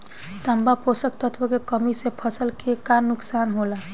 तांबा पोषक तत्व के कमी से फसल के का नुकसान होला?